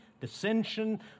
dissension